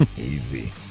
Easy